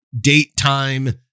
date-time